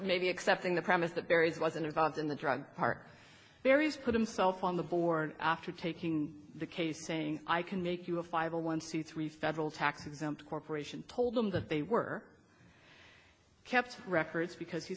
maybe accepting the premise that barry's wasn't involved in the drug part various put himself on the board after taking the case saying i can make you a five a one c three federal tax exempt corporation told them that they were kept records because